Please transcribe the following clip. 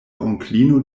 onklino